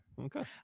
Okay